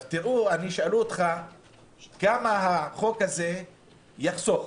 תראו, שאלו אותך כמה החוק הזה יחסוך,